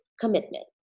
commitment